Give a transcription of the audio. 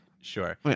Sure